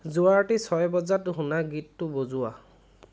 যোৱাৰাতি ছয় বজাত শুনা গীতটো বজোৱা